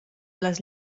les